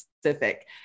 specific